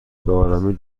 بهآرامی